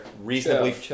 reasonably